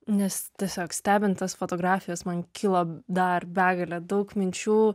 nes tiesiog stebint tas fotografijas man kyla dar begalė daug minčių